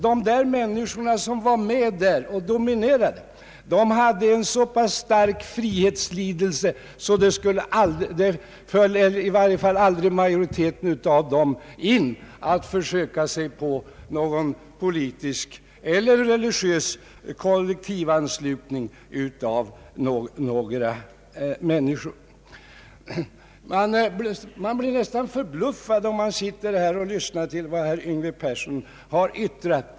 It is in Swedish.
Men, herr Persson, de som dominerade rörelsen hade en så pass stark frihetslidelse, att det i varje fall aldrig föll majoriteten av dem in att försöka sig på någon politisk eller religiös kollektivanslutning av människor. Man blir nästan förbluffad när man sitter här och lyssnar till vad herr Persson yttrar.